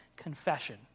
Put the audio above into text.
confession